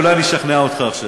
אולי אני אשכנע אותך.